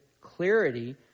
clarity